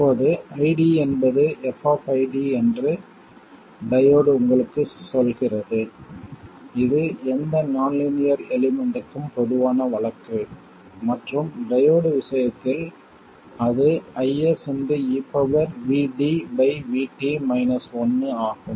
இப்போது ID என்பது f என்று டையோடு உங்களுக்குச் சொல்கிறது இது எந்த நான் லீனியர் எலிமெண்ட்க்கும் பொதுவான வழக்கு மற்றும் டையோடு விஷயத்தில் அது IS ஆகும்